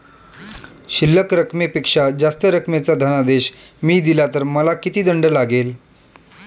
शिल्लक रकमेपेक्षा जास्त रकमेचा धनादेश मी दिला तर मला किती दंड लागेल?